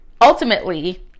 ultimately